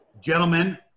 Gentlemen